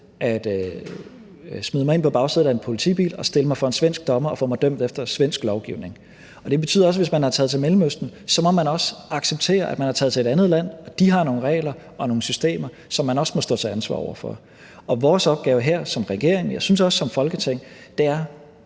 at smide mig ind på bagsædet af en politibil og stille mig for en svensk dommer og få mig dømt efter svensk lovgivning, og det betyder også, at hvis man er taget til Mellemøsten, må man også acceptere, at man er taget til et andet land, som har nogle regler og systemer, som man også må stå til ansvar over for. Og vores opgave her som regering – og også som Folketing, synes